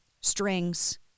strings